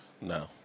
No